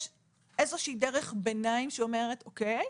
ישנה איזו שהיא דרך ביניים שאומרת "אוקיי,